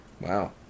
Wow